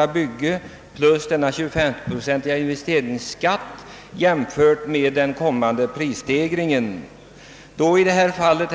ett bygge plus den 25 procentiga investeringsavgiften med den prisstegring som kan ha inträtt när avgiften tas bort.